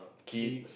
kids